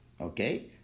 okay